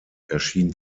erschien